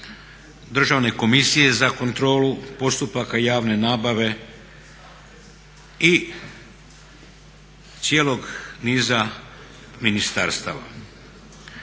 Državne komisije za kontrolu postupaka javne nabave i cijelog niza ministarstava.